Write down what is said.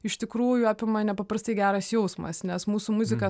iš tikrųjų apima nepaprastai geras jausmas nes mūsų muzika